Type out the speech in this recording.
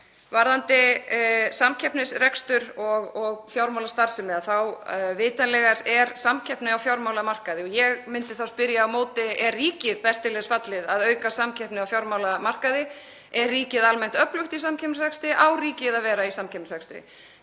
Varðandi samkeppnisrekstur og fjármálastarfsemi, þá er vitanlega samkeppni á fjármálamarkaði. Ég myndi þá spyrja á móti: Er ríkið best til þess fallið að auka samkeppni á fjármálamarkaði? Er ríkið almennt öflugt í samkeppnisrekstri? Á ríkið að vera í samkeppnisrekstri?